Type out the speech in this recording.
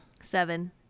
Seven